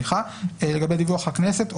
לגבי דיווח הכנסת,